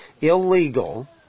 illegal